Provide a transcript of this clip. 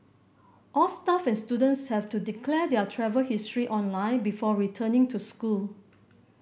all staff and students have to declare their travel history online before returning to school